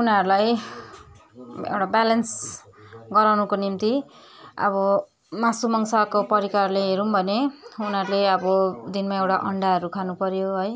उनीहरूलाई एउटा ब्यालेन्स गराउनुको निम्ति अब मासु मङ्सको परिकारले हेरौँ भने उनीहरूले अब दिनमा एउटा अन्डाहरू खानु पऱ्यो है